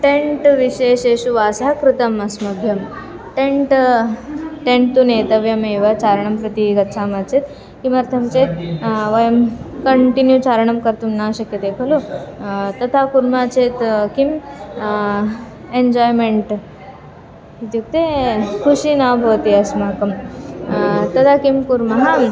tent विशेशेषु वासः कृतम् अस्मभ्यं टेण्ट् टेण्ट् तु नेतव्यमेव चारणं प्रति गच्छामः चेत् किमर्थं चेत् वयं कण्टिन्यू चारणं कर्तुं न शक्यते खलु तथा कुर्मः चेत् किम् एन्जाय्मेण्ट् इत्युक्ते खुशी न भवति अस्माकं तदा किं कुर्मः